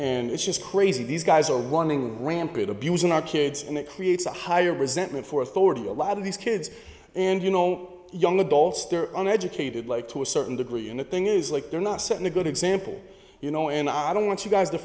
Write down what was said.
and it's just crazy these guys are wanting rampid abusing our kids and it creates a higher resentment for authority a lot of these kids and you know young adults an educated like to a certain degree in a thing is like they're not setting a good example you know and i don't want you guys